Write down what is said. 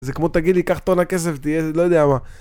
זה כמו תגיד לי קח טון הכסף תהיה לא יודע מה